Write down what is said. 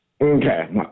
Okay